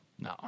no